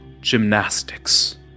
gymnastics